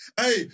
Hey